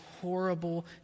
horrible